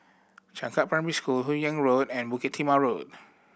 Changkat Primary School Hun Yeang Road and Bukit Timah Road